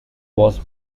was